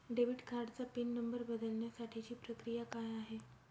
Debit कार्डचा pin number बदलण्यासाठीची प्रक्रिया काय आहे?